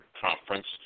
Conference